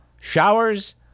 showers